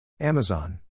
Amazon